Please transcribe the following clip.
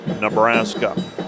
Nebraska